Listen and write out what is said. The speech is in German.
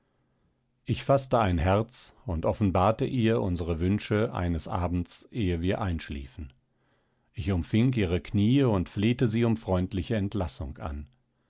ich faßte ein herz und offenbarte ihr unsere wünsche eines abends ehe wir einschliefen ich umfing ihre kniee und flehte sie um freundliche entlassung an